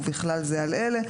ובכלל זה על אלה.